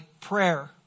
prayer